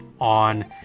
on